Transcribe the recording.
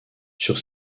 sur